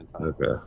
Okay